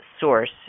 source